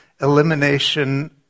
Elimination